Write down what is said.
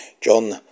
John